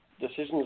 decisions